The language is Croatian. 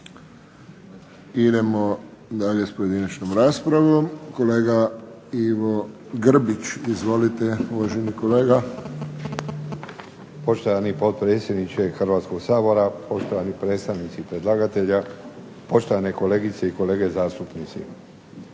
Idemo dalje s pojedinačnom raspravom. Kolega Ivo Grbić. Izvolite uvaženi kolega. **Grbić, Ivo (HDZ)** Poštovani potpredsjedniče Hrvatskog sabora, poštovani predstavnici predlagatelja, poštovane kolegice i kolege zastupnici.